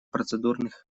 процедурных